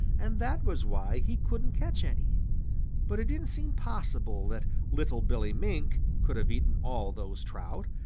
and that was why he couldn't catch any but it didn't seem possible that little billy mink could have eaten all those trout,